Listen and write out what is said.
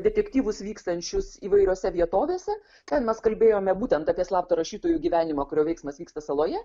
detektyvus vykstančius įvairiose vietovėse ten mes kalbėjome būtent apie slaptą rašytojų gyvenimą kurio veiksmas vyksta saloje